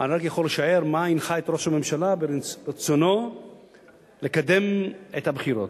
אני רק יכול לשער מה הנחה את ראש הממשלה ברצונו לקדם את הבחירות.